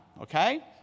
Okay